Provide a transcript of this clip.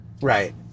Right